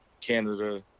canada